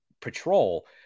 patrol